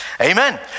Amen